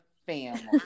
Family